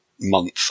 month